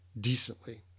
decently